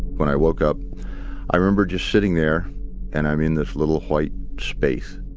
when i woke up i remember just sitting there and i'm in this little white space.